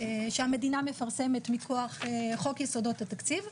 שהמדינה מפרסמת מכוח חוק יסודות התקציב.